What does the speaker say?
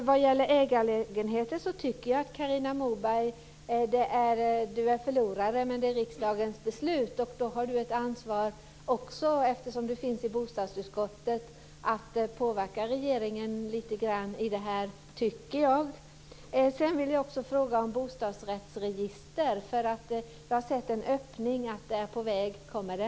Vad gäller ägarlägenheterna är Carina Moberg förlorare men det handlar om riksdagens beslut och då har också Carina Moberg, eftersom hon sitter med i bostadsutskottet, ett ansvar för att påverka regeringen lite grann här, tycker jag. Sedan vill jag fråga om bostadsrättsregistret. Jag har sett en öppning för att ett sådant är på väg. Kommer det?